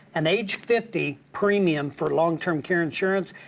an age fifty premium for long term care insurance,